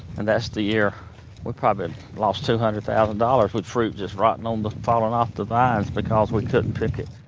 and that's the year we probably lost two hundred thousand dollars with fruit just rotting um off, falling off the vines because we couldn't pick it.